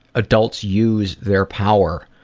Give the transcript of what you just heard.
adults use their power